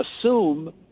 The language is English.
assume